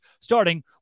starting